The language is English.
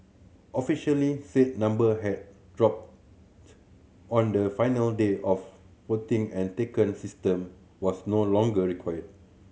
officially said number had dropped on the final day of voting and taken system was no longer required